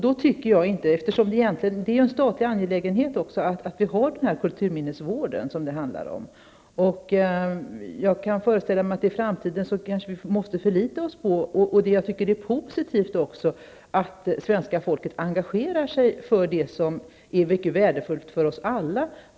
Den kulturminnesvård som det här handlar om är dessutom en statlig angelägenhet. Jag kan föreställa mig att vi kanske i framtiden måste förlita oss mera på, och det är också positivt, att svenska folket engagerar sig för våra kulturminnen, som är mycket värdefulla för oss alla.